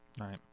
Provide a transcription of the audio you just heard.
right